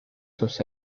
sus